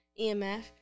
EMF